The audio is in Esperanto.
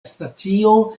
stacio